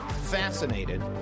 fascinated